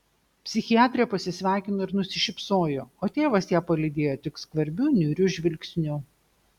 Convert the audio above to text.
psichiatrė pasisveikino ir nusišypsojo o tėvas ją palydėjo tik skvarbiu niūriu žvilgsniu